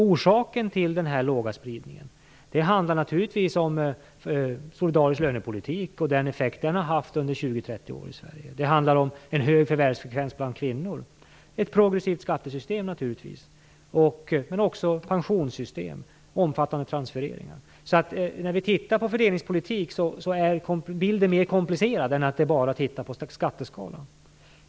Orsaken till denna låga spridning är naturligtvis en solidarisk lönepolitik och den effekt den har haft under 20-30 år i Sverige, en hög förvärvsfrekvens bland kvinnor, ett progressivt skattesystem naturligtvis och pensionssystem och omfattande transfereringar. Att titta på fördelningspolitiken är mer komplicerat än att bara titta på skatteskalan.